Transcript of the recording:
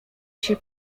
się